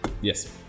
Yes